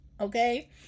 okay